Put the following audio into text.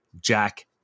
jack